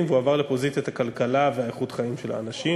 והוא עבר לפוזיציית הכלכלה ואיכות החיים של האנשים,